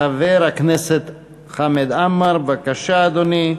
חבר הכנסת חמד עמאר, בבקשה, אדוני.